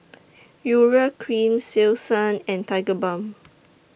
Urea Cream Selsun and Tigerbalm